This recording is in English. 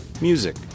music